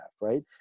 Right